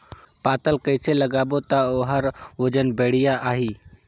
पातल कइसे लगाबो ता ओहार वजन बेडिया आही?